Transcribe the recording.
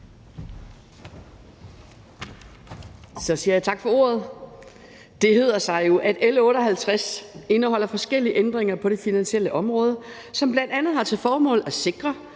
Jeg siger tak for ordet. Det hedder sig jo, at L 58 indeholder forskellige ændringer på det finansielle område, som bl.a. har til formål at sikre,